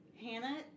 Hannah